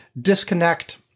disconnect